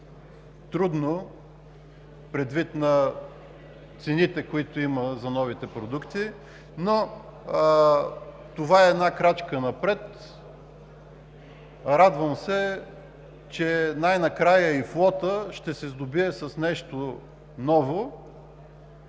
трудно предвид цените, които има за новите продукти, но това е крачка напред. Радвам се, че най-накрая и флотът ще се сдобие с нещо ново,